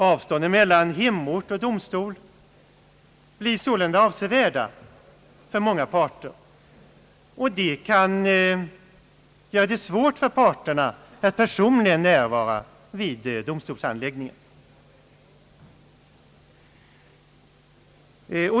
Avstånden mellan hemort och domstol blir sålunda avsevärda för många parter, vilket gör det svårt för dem att personligen närvara vid domstolshandläggningen.